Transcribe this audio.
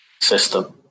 system